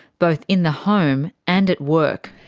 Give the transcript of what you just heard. both in the home and at work.